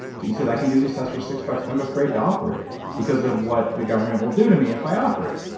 he said, i can do these tests for six bucks. i'm afraid to offer it because of what the government will do to me if i offer it.